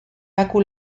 laku